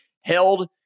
Held